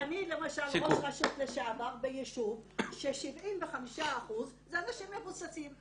אני למשל ראש רשות לשעבר ביישוב ש-75% זה אנשים מבוססים.